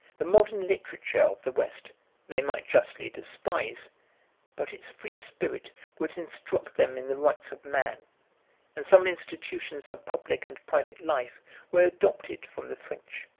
the modern literature of the west they might justly despise but its free spirit would instruct them in the rights of man and some institutions of public and private life were adopted from the french.